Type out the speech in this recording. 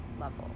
level